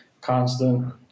constant